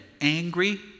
angry